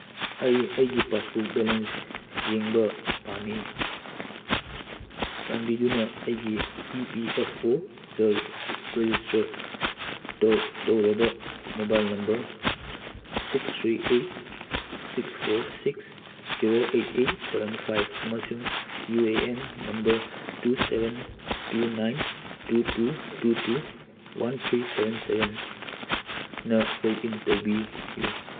ꯑꯩ ꯑꯩꯒꯤ passbook balance ꯌꯦꯡꯕ ꯄꯥꯝꯃꯤ ꯆꯥꯟꯕꯤꯗꯨꯅ ꯑꯩꯒꯤ ꯏ ꯄꯤ ꯑꯦꯐ ꯑꯣꯗ ꯔꯦꯖꯤꯁꯇ꯭ꯔ ꯇꯧꯔꯕ mobile number six three eight six four six zero eight eight seven five ꯑꯃꯁꯨꯡ U A N number two seven two nine two two two two one three seven ꯁꯚꯦꯟꯅ login ꯇꯧꯕꯤꯌꯨ